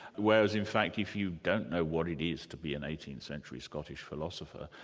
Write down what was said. whereas in fact if you don't know what it is to be an eighteenth century scottish philosopher,